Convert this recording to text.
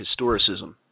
historicism